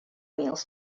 males